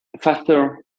faster